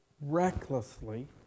recklessly